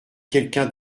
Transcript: quelqu’un